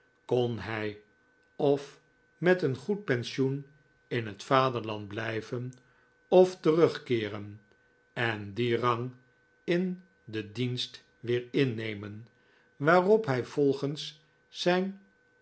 kon hij of met een goed pensioen in het vaderland blijven of terugkeeren en dien rang in den dienst weer innemen waarop hij volgens zijn